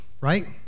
right